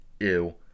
Ew